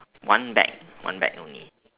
one bag one bag only